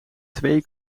twee